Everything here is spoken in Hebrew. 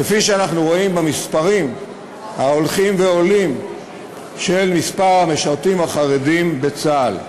כפי שאנחנו רואים במספרים ההולכים ועולים של המשרתים החרדים בצה"ל.